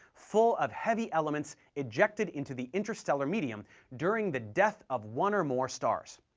full of heavy elements ejected into the interstellar medium during the death of one or more stars.